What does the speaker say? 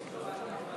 העירייה),